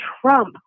Trump